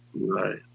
Right